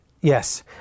Yes